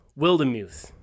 Wildemuth